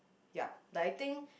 yeap like I think